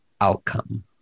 outcome